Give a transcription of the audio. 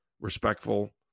respectful